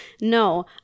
No